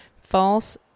false